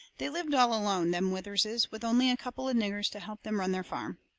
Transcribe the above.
they lived all alone, them witherses, with only a couple of niggers to help them run their farm.